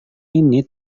ini